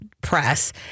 press